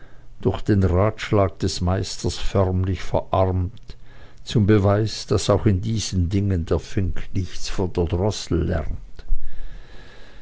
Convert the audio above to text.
durch den ratschlag des meisters förmlich verarmt zum beweis daß auch in diesen dingen der fink nichts von der drossel lernt